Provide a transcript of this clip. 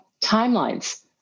timelines